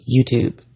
YouTube